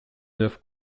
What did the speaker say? neuf